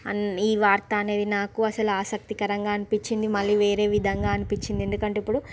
అన్ని ఈ వార్త అనేది నాకు అసలు ఆసక్తికరంగా అనిపించింది మళ్ళీ వేరే విధంగా అనిపించింది ఎందుకంటే ఇప్పుడు